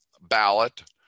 ballot